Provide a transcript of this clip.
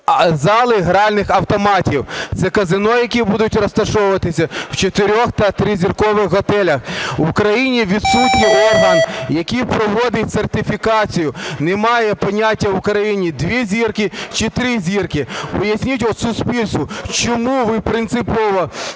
зали гральних автоматів, це казино, які будуть розташовуватися в чотирьох та тризіркових готелях. В Україні відсутній орган, який проводить сертифікацію, немає поняття в Україні – дві зірки чи три зірки. Поясність от суспільству, чому ви принципово